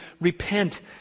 repent